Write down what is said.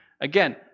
Again